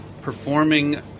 performing